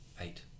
Eight